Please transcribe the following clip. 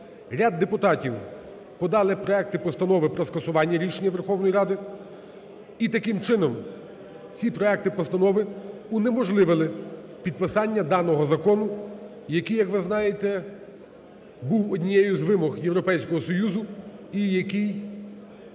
ряд депутатів подали проекти постанов про скасування рішення Верховної Ради. І таким чином ці проекти постанови унеможливили підписання даного закону, який, як ви знаєте, був однією з вимог Європейського Союзу і який